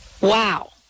wow